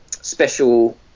special